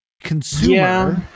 consumer